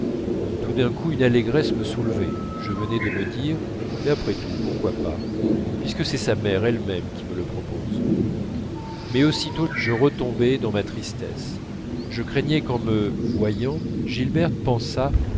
tout d'un coup une allégresse me soulevait je venais de me dire mais après tout pourquoi pas puisque c'est sa mère elle-même qui me le propose mais aussitôt je retombais dans ma tristesse je craignais qu'en me revoyant gilberte pensât